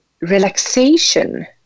relaxation